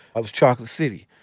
ah was chocolate city.